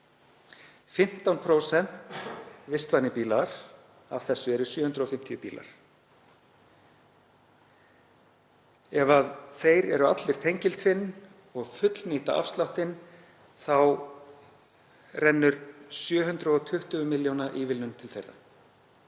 15% vistvænir bílar af þessu eru 750 bílar. Ef þeir eru allir tengiltvinnbílar og fullnýta afsláttinn þá rennur 720 millj. kr. ívilnun til þeirra.